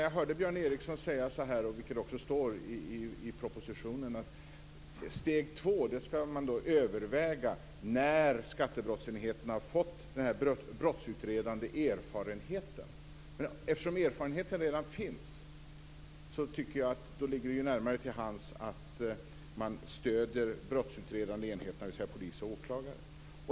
Jag hörde Björn Ericson säga, och det står också i propositionen, att man skall överväga steg två när skattebrottsenheten har fått brottsutredande erfarenhet. Eftersom den erfarenheten redan finns, tycker jag att det ligger närmare till hands att stödja de brottsutredande enheterna, alltså polis och åklagare.